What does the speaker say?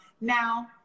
now